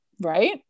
Right